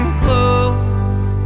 close